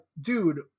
dude